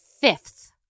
fifth